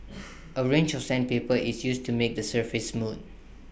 A range of sandpaper is used to make the surface smooth